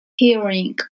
Hearing